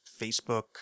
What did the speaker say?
facebook